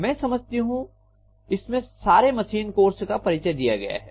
मैं समझती हूं इसमें सारे मशीन कोर्स का परिचय दिया गया है